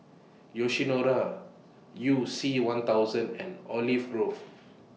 Yoshinoya YOU C one thousand and Olive Grove